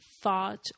thought